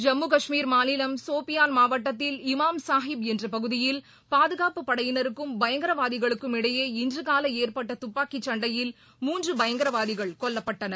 ஜம்மு கஷ்மீர் மாநிலம் சோபியாள் மாவட்டத்தில் இமாம் சாஹிப் என்றபகுதியில் பாதுகாப்பு படையினருக்கும் பயங்கரவாதிகளுக்கும் இடையே இன்றுகாலைஏற்பட்டதுப்பாக்கிச் சண்டையில் முன்றுபயங்கரவாதிகள் கொல்லப்பட்டனர்